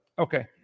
Okay